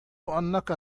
أنك